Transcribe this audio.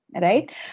right